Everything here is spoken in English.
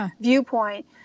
viewpoint